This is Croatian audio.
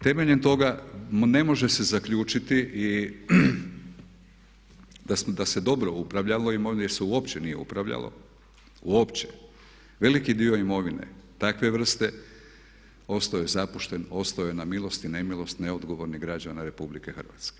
Temeljem toga ne može se zaključiti da se dobro upravljalo imovinom jer se uopće nije upravljalo, uopće, veliki dio imovine takve vrste ostao je zapušten, ostao je na milost i nemilost neodgovornih građana RH.